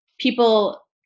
people